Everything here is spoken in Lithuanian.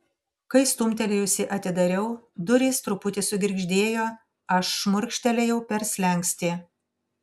kai stumtelėjusi atidariau durys truputį sugirgždėjo aš šmurkštelėjau per slenkstį